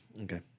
Okay